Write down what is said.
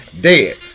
Dead